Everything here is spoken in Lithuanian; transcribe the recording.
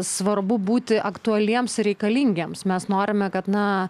svarbu būti aktualiems reikalingiems mes norime kad na